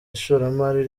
ishoramari